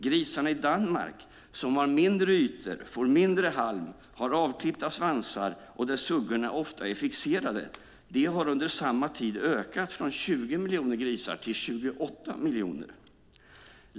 Grisarna i Danmark, som har mindre ytor, får mindre halm, har avklippta svansar och där suggorna ofta är fixerade, har under samma tid ökat från 20 miljoner grisar till 28 miljoner.